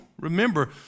Remember